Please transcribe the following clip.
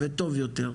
טוב יותר,